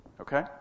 Okay